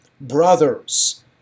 brothers